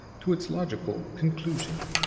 to its logical conclusion.